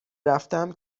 رفتم